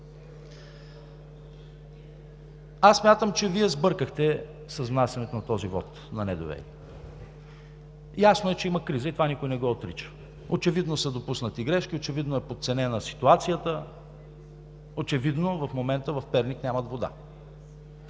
Аз смятам, че Вие сбъркахте с внасянето на този вот на недоверие. Ясно е, че има криза и това никой не го отрича. Очевидно са допуснати грешки, очевидно е подценена ситуацията, очевидно в момента в Перник нямат вода.